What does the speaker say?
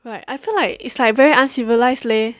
right I feel like it's very like uncivilized leh